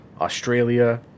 Australia